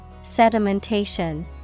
Sedimentation